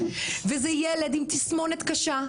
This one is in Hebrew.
וזה ילד עם תסמונת קשה,